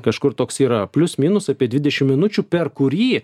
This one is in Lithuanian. kažkur toks yra plius minus apie dvidešim minučių per kurį